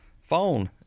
phone